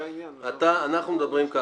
אנחנו מדברים על